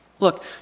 Look